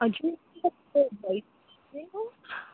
हजुर